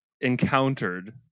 encountered